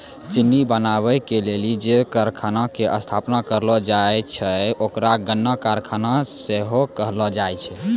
चिन्नी बनाबै के लेली जे कारखाना के स्थापना करलो जाय छै ओकरा गन्ना कारखाना सेहो कहलो जाय छै